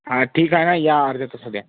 हां ठीक आहे ना या अर्ध्या तासात या